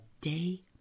day